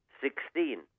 Sixteen